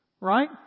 Right